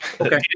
Okay